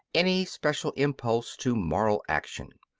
any special impulse to moral action.